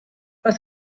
was